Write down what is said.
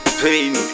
pain